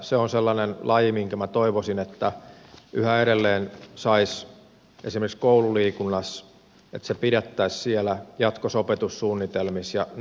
se on sellainen laji minkä minä toivoisin yhä edelleen esimerkiksi koululiikunnassa pidettävän siellä jatko opetussuunnitelmissa ja näin